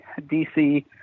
DC